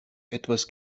etwas